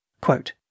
Quote